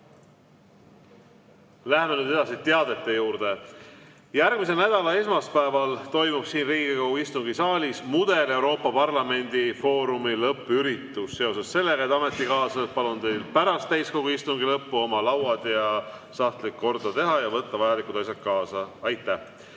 Läheme nüüd teadete juurde. Järgmise nädala esmaspäeval toimub siin Riigikogu istungisaalis Mudel-Euroopa Parlamendi foorumi lõppüritus. Seoses sellega, head ametikaaslased, palun teil pärast täiskogu istungi lõppu oma lauad ja sahtlid korda teha ning vajalikud asjad kaasa võtta.